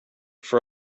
for